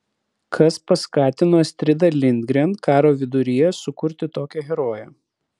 kas paskatino astridą lindgren karo viduryje sukurti tokią heroję